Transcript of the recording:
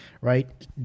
right